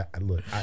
look